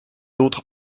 d’autre